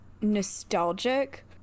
nostalgic